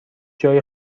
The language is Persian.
جای